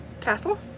castle